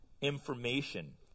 information